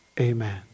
amen